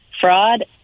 fraud